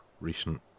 recent